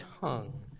tongue